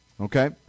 Okay